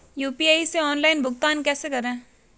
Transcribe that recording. UPI से online भुगतान कैसे करें?